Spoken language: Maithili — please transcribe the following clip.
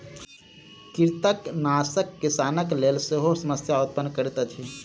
कृंतकनाशक किसानक लेल सेहो समस्या उत्पन्न करैत अछि